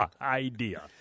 idea